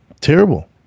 Terrible